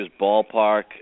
ballpark